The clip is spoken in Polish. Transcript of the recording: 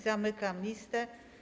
Zamykam listę.